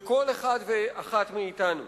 אל כל אחד ואחת מאתנו.